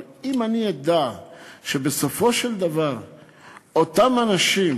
אבל אם אני אדע שבסופו של דבר אותם אנשים